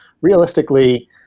Realistically